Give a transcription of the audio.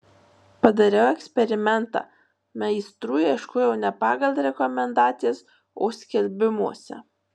padariau eksperimentą meistrų ieškojau ne pagal rekomendacijas o skelbimuose